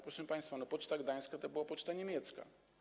Proszę państwa, poczta gdańska to była poczta niemiecka.